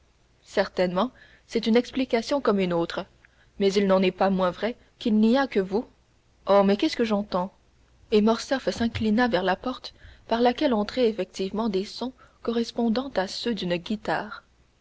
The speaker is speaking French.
certainement c'est une explication comme une autre mais il n'en est pas moins vrai qu'il n'y a que vous oh mais qu'est-ce que j'entends et morcerf s'inclina vers la porte par laquelle entraient effectivement des sons correspondant à ceux d'une guitare